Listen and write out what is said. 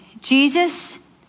Jesus